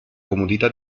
comodità